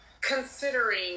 considering